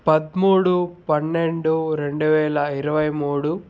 పదమూడు పన్నెండు రెండువేల ఇరవై మూడు